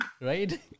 Right